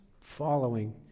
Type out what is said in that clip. following